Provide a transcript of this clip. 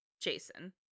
Jason